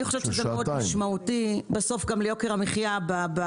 אני חושבת שזה מאוד משמעותי גם ליוקר המחייה.